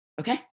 okay